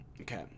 okay